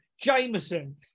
Jameson